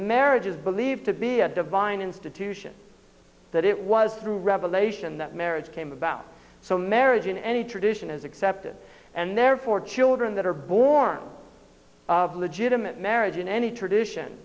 marriage is believed to be a divine institution that it was through revelation that marriage came about so marriage in any tradition is accepted and therefore children that are born of legitimate marriage in any